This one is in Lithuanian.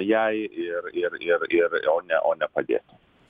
jei ir ir ir ir o ne o nepadėtų